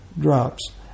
drops